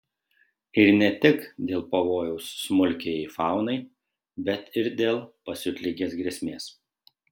ir ne tik dėl pavojaus smulkiajai faunai bet ir dėl pasiutligės grėsmės